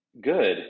good